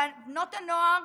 בנות הנוער